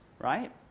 right